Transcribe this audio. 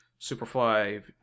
Superfly